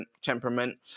temperament